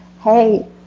hey